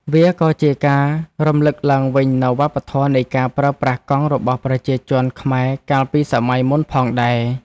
វាក៏ជាការរំលឹកឡើងវិញនូវវប្បធម៌នៃការប្រើប្រាស់កង់របស់ប្រជាជនខ្មែរកាលពីសម័យមុនផងដែរ។